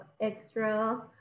extra